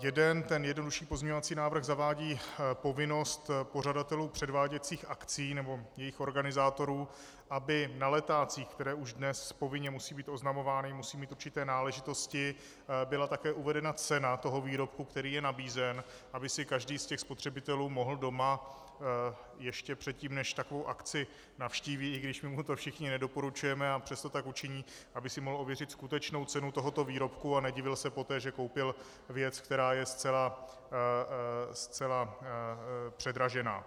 Jeden, ten jednodušší pozměňovací návrh zavádí povinnost pořadatelů předváděcích akcí nebo jejich organizátorů, aby na letácích, které už dnes povinně musí být oznamovány, musí mít určité náležitosti, byla také uvedena cena toho výrobku, který je nabízen, aby si každý ze spotřebitelů mohl doma ještě předtím, než takovou akci navštíví, i když my mu to všichni nedoporučujeme, a přesto tak učiní, aby si mohl ověřit skutečnou cenu tohoto výrobku a nedivil se poté, že koupil věc, která je zcela předražená.